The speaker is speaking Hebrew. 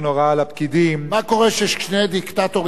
מה קורה כששני דיקטטורים נפגשים האחד עם השני?